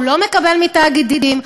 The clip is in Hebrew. הוא לא מקבל מתאגידים,